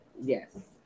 Yes